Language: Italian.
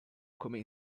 come